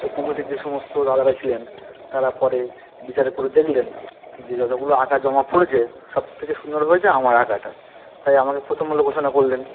তো কমিটির যে সমস্ত দাদারা ছিলেন তারা পরে বিচার করে দেখলেন যে যতোগুলো আঁকা জমা পড়েছে সব থেকে সুন্দর হয়েছে আমার আঁকাটা তাই আমাকে প্রথম বলে ঘোষণা করলেন